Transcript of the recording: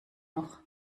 noch